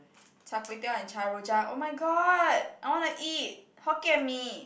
Char-Kway-Teow and char rojak oh my god I wanna eat Hokkien-Mee